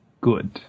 good